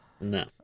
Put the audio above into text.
No